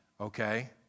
Okay